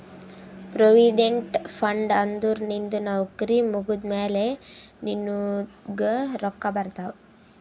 provident fund ಅಂದುರ್ ನಿಂದು ನೌಕರಿ ಮುಗ್ದಮ್ಯಾಲ ನಿನ್ನುಗ್ ರೊಕ್ಕಾ ಬರ್ತಾವ್